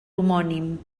homònim